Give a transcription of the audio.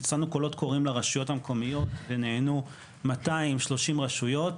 הוצאנו קולות קוראים לרשויות המקומיות שנענו 230 רשויות,